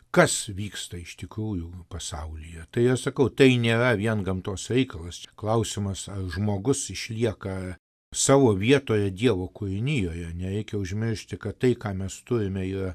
kas vyksta iš tikrųjų pasaulyje tai aš sakau tai nėra vien gamtos reikalas čia klausimas ar žmogus išlieka savo vietoje dievo kūrinijoje nereikia užmiršti kad tai ką mes turime yra